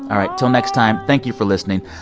all right till next time, thank you for listening.